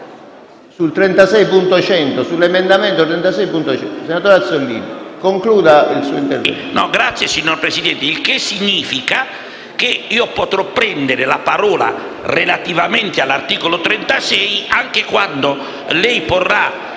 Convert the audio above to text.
Siamo sull'emendamento 36.100. Senatore Azzollini, concluda il suo intervento.